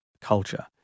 culture